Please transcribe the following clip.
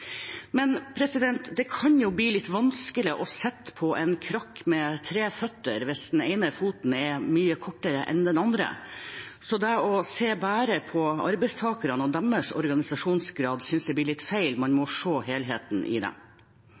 Men det kan jo bli litt vanskelig å sitte på en krakk med tre bein hvis det ene beinet er mye kortere enn de andre. Så bare å se på arbeidstakerne og deres organisasjonsgrad synes jeg blir litt feil. Man må se på helheten i det.